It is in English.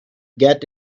get